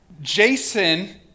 Jason